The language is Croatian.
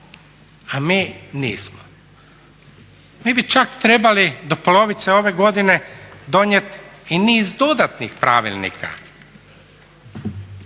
A mi nismo. Mi bi čak trebali do polovice ove godine donijeti i niz dodatnih pravilnika.